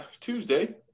Tuesday